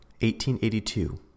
1882